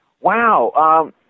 Wow